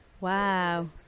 Wow